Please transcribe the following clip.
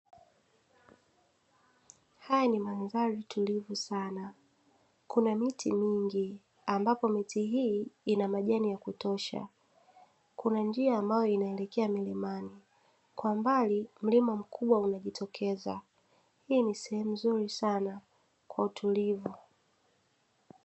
Haya ni mandhari tulivyo sana kuna miti mingi ambapo miti hii ina majani ya kutosha kuna njia ambayo inaelekea milimani kwa mbali mlima mkubwa umejitokeza hii ni sehemu nzuri sana kwa utulivu.